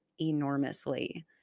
enormously